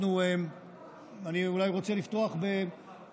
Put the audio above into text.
אנחנו, אני אולי רוצה לפתוח בסקופ.